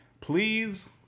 please